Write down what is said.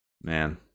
Man